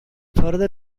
further